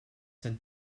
sent